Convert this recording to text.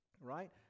Right